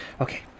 okay